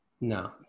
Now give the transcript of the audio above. No